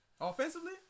Offensively